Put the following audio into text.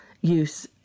use